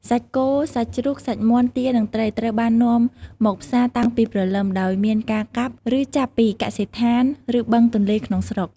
សាច់គោ សាច់ជ្រូក សាច់មាន់ ទា និងត្រី ត្រូវបាននាំមកផ្សារតាំងពីព្រលឹម ដោយមានការកាប់ ឬចាប់ពីកសិដ្ឋាន ឬបឹងទន្លេក្នុងស្រុក។